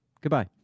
Goodbye